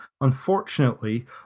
Unfortunately